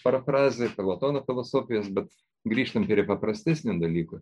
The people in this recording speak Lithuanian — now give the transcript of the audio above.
parafrazė platono filosofijos bet grįžtam prie paprastesnių dalykų